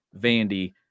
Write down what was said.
Vandy